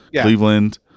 Cleveland